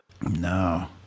No